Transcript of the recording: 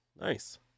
nice